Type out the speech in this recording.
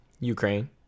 ukraine